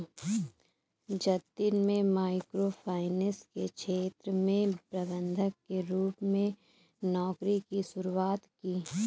जतिन में microfinance के क्षेत्र में प्रबंधक के रूप में नौकरी की शुरुआत की